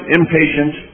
impatient